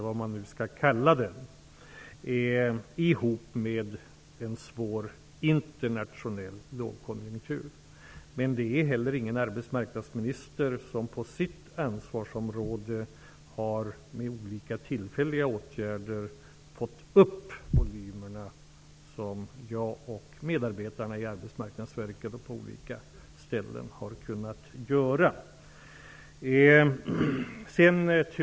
Samtidigt har vi haft en internationell lågkonjunktur. Inte heller har någon annan arbetsmarknadsminister inom sitt ansvarsområde med olika tillfälliga åtgärder fått upp volymerna så mycket som jag och medarbetarna inom Arbetsmarknadsverket och på andra ställen har kunnat göra.